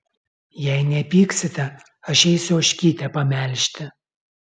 jei nepyksite aš eisiu ožkytę pamelžti